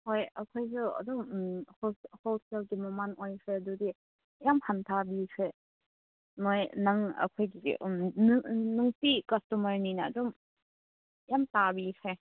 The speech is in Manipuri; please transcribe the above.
ꯍꯣꯏ ꯑꯩꯈꯣꯏꯁꯨ ꯑꯗꯨꯝ ꯎꯝ ꯍꯣꯜ ꯁꯦꯜꯒꯤ ꯃꯃꯜ ꯑꯣꯏꯈ꯭ꯔꯦ ꯑꯗꯨꯗꯤ ꯌꯥꯝ ꯍꯟꯊꯥꯕꯤꯈ꯭ꯔꯦ ꯅꯣꯏ ꯅꯪ ꯑꯩꯈꯣꯏꯒꯤꯗꯤ ꯎꯝ ꯅꯨꯡꯇꯤ ꯀꯁꯇꯃꯔꯅꯤꯅ ꯑꯗꯨꯝ ꯌꯥꯝ ꯇꯥꯕꯤꯈ꯭ꯔꯦ